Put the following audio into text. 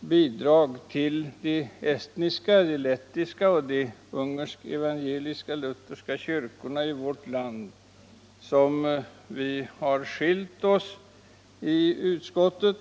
bidrag till de estniska, lettiska och ungerska evangelisk-lutherska kyrkorna i vårt land som vi har skilt oss i utskottet.